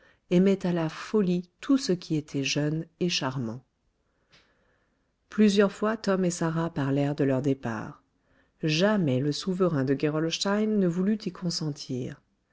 aimait à la folie tout ce qui était jeune et charmant plusieurs fois tom et sarah parlèrent de leur départ jamais le souverain de gerolstein ne voulut y consentir